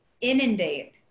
inundate